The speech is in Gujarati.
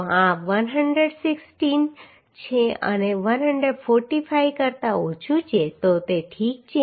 તો આ 116 છે અને 145 કરતા ઓછું છે તો તે ઠીક છે